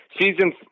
season